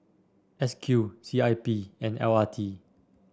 S Q C I P and L R T